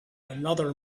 another